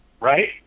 right